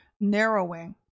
narrowing